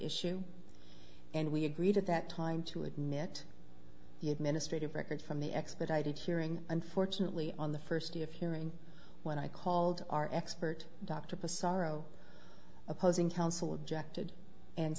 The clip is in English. issue and we agreed at that time to admit the administrative record from the expedited hearing unfortunately on the first day of hearing when i called our expert dr post sorrow opposing counsel objected and